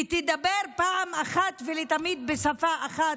ותדבר פעם אחת ולתמיד בשפה אחת,